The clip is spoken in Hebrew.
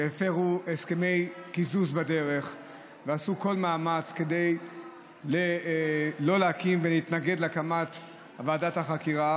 שהפרו הסכמי קיזוז ועשו כל מאמץ כדי להתנגד להקמת ועדת החקירה,